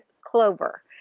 clover